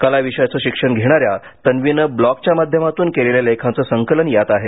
कला विषयाचं शिक्षण घेणाऱ्या तन्वीनं ब्लॉगच्या माध्यमातून केलेल्या लेखांचं संकलन यात आहे